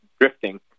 drifting